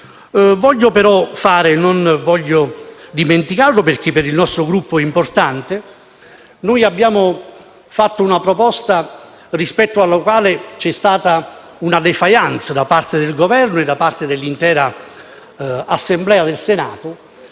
voglio poi dimenticare, perché per il nostro Gruppo è importante, che abbiamo fatto una proposta rispetto alla quale c'è stata una *défaillance* da parte del Governo e dell'intera Assemblea del Senato: